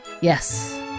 Yes